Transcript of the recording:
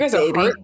baby